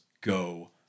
go